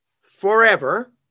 forever